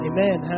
Amen